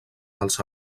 dels